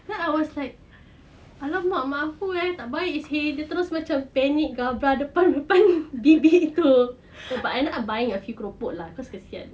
then I was like I !alamak! mak aku tak baik seh dia terus panic gabrah depan depan bibik tu but I ended up buying a few keropok lah cause kasihan